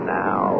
now